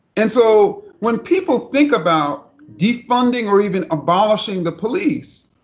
and so when people think about de funding or even abolishing the police,